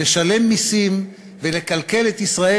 לשלם מסים ולכלכל את ישראל,